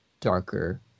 darker